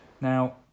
Now